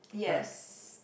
yes